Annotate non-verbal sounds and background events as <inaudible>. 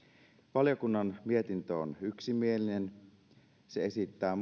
valiokunnan mietintö on yksimielinen se esittää <unintelligible>